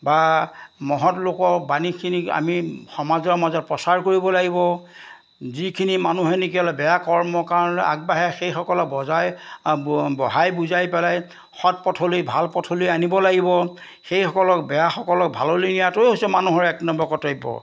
বা মহৎ লোকৰ বাণীখিনি আমি সমাজৰ মাজত প্ৰচাৰ কৰিব লাগিব যিখিনি মানুহে নেকি বেয়া কৰ্মৰ কাৰণে আগবাঢ়ে সেইসকলক বজাই বঢ়াই বুজাই পেলাই সৎ পথলৈ ভাল পথলৈ আনিব লাগিব সেইসকলক বেয়াসকলক ভাললৈ নিয়াটোও হৈছে মানুহৰ এক নম্বৰ কৰ্তব্য